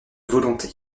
volonté